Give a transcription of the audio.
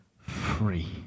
free